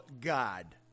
God